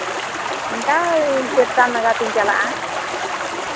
ᱤᱱᱠᱟ ᱪᱟᱨᱴᱟ ᱱᱟᱜᱟᱫ ᱤᱧ ᱪᱟᱞᱟᱜᱼᱟ